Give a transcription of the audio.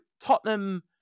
Tottenham